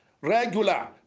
regular